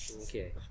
Okay